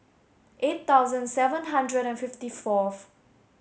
eight thousand seven hundred and fifty fourth